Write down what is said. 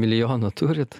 milijoną turit